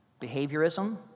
behaviorism